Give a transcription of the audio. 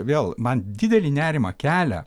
vėl man didelį nerimą kelia